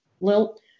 lilt